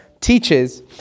teaches